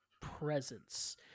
presence